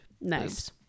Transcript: Nice